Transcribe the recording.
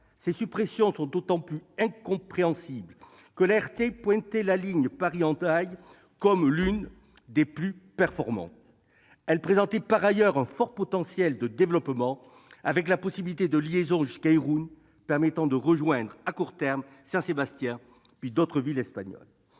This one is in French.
ces suppressions sont d'autant moins compréhensibles que l'ART avait relevé que la ligne Paris-Hendaye était l'une des plus performantes et présentait, par ailleurs, un fort potentiel de développement, avec la possibilité d'une liaison jusqu'à Irún permettant de rejoindre, à court terme, San Sebastián, puis d'autres villes espagnoles.